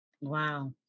wow